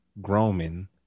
Groman